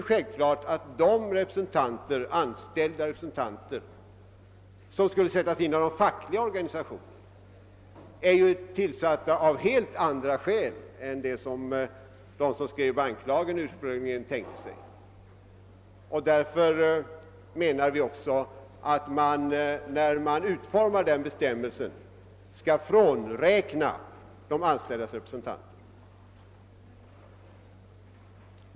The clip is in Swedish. Men det är klart att de representanter för de anställda, som den fackliga organisationen skulle sätta in, utses av helt andra skäl än dem vilka de som ursprungligen skrev banklagen hade i åtanke. Därför anser vi att man vid utformningen av denna bestämmelse bör frånräkna de anställdas representanter.